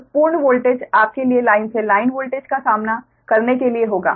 तो पूर्ण वोल्टेज आपके लिए लाइन से लाइन वोल्टेज का सामना करने के लिए होगा